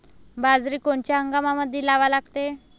बाजरी कोनच्या हंगामामंदी लावा लागते?